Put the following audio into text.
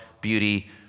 beauty